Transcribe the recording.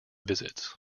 visits